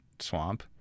swamp